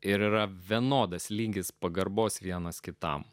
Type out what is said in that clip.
ir vienodas lygis pagarbos vienas kitam